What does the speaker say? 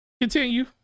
continue